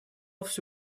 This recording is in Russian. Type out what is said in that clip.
все